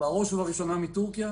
בראש ובראשונה מטורקיה